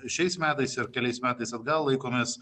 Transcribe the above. šiais metais ir keliais metais atgal laikomės